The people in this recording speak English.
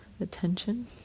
attention